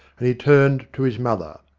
and he turned to his mother.